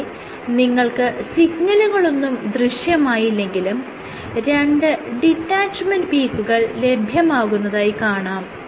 ഇവിടെ നിങ്ങൾക്ക് സിഗ്നലുകൾ ഒന്നും ദൃശ്യമായില്ലെങ്കിലും രണ്ട് ഡിറ്റാച്ച്മെന്റ് പീക്കുകൾ ലഭ്യമാകുന്നതായി കാണാം